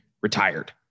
retired